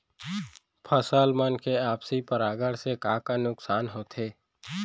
फसल मन के आपसी परागण से का का नुकसान होथे?